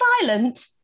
violent